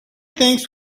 thinks